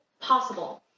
possible